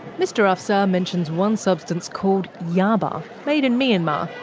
mr afsar mentions one substance called yaba, made in myanmar.